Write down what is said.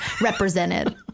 represented